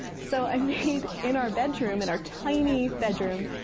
so i made in our bedroom, in our tiny bedroom,